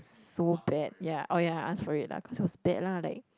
so bad ya oh ya I asked for it lah cause it was bad lah like